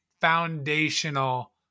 foundational